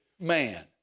man